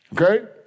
Okay